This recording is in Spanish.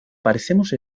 parecemos